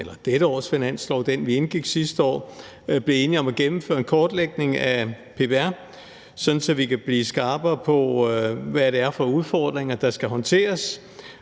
bag dette års finanslov – den, vi indgik sidste år – blev enige om at gennemføre en kortlægning af PPR, sådan at vi kan blive skarpere på, hvad det er for udfordringer, der skal håndteres.